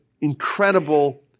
incredible